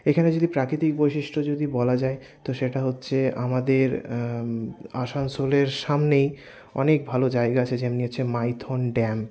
এখানে যদি প্রাকৃতিক বৈশিষ্ট্য যদি বলা যায় তো সেটা হচ্ছে আমাদের আসানসোলের সামনেই অনেক ভালো জায়গা আছে যেমনি হচ্ছে মাইথন ড্যাম